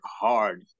hard